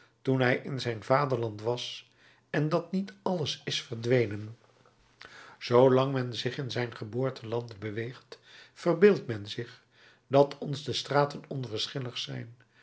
toen hij in zijn vaderland was en dat niet alles is verdwenen zoo lang men zich in zijn geboorteland beweegt verbeeldt men zich dat ons de straten onverschillig zijn